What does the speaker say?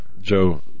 Joe